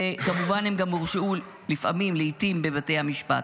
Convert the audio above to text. וכמובן הם גם הורשעו לפעמים, לעיתים בבתי המשפט.